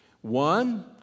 One